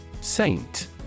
Saint